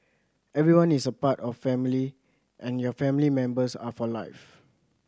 everyone is a part of family and your family members are for life